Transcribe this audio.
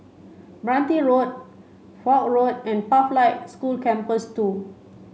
Meranti Road Foch Road and Pathlight School Campus two